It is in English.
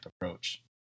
approach